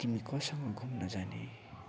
तिमी कोसँग घुम्नु जाने